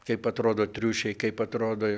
kaip atrodo triušiai kaip atrodo